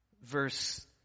verse